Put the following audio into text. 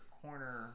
corner